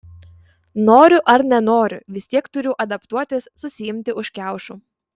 noriu ar nenoriu vis tiek turiu adaptuotis susiimti už kiaušų